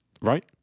right